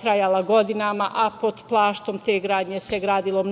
trajala godinama, a pod plaštom te gradnje se gradilo mnogo